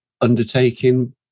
undertaking